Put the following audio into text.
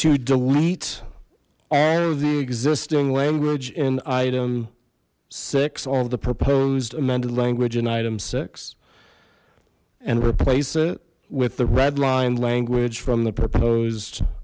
to delete all of the existing language in item six all the proposed amended language in item six and replace it with the red line language from the proposed